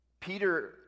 Peter